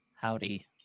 Howdy